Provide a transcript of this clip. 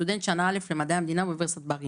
סטודנט שנה א' למדעי המדינה באוניברסיטת בר אילן.